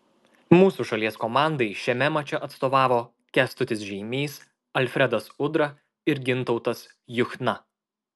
mūsų šalies komandai šiame mače atstovavo kęstutis žeimys alfredas udra ir gintautas juchna